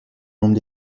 nombre